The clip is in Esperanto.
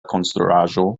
konstruaĵo